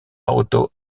auto